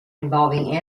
involving